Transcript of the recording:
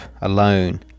alone